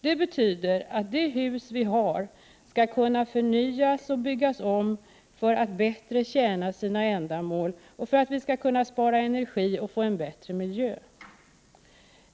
Det betyder att de hus som vi har skall kunna förnyas och byggas om för att bättre tjäna sina ändamål och för att vi skall kunna spara energi och få en bättre miljö.